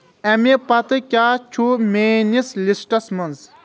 اَمِہ پتہٕ کیاہ چھُ میٲنِس لسٹس منز ؟